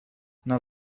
now